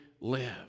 live